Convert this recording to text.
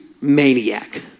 maniac